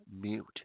mute